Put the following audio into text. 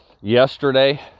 yesterday